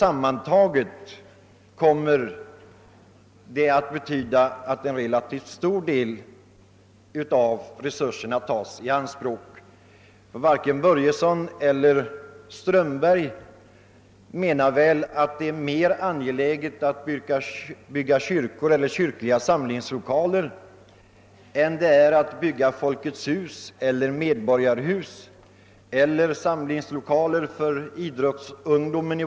Sammantaget kommer detta att betyda att en relativt stor del av resurserna tas i anspråk. Varken herr Börjesson eller herr Strömberg menar väl att det är mer angeläget att bygga kyrkor och kyrkliga samlingslokaler än det är att bygga Folkets hus eller medborgarhus eller samlingslokaler för idrottsungdomar.